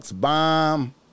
bomb